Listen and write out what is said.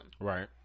Right